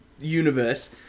universe